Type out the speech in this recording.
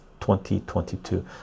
2022